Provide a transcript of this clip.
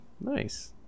Nice